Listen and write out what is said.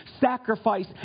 sacrifice